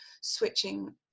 switching